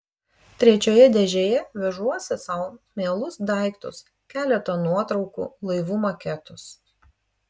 trečioje dėžėje vežuosi sau mielus daiktus keletą nuotraukų laivų maketus